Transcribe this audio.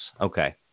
okay